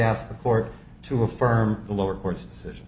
ask the court to affirm the lower court's decision